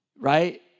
Right